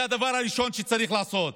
זה הדבר הראשון שצריך לעשות.